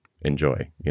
enjoy